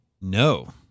No